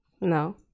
No